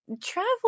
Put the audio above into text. Travel